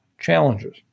challenges